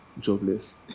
jobless